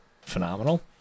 phenomenal